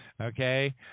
okay